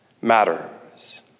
matters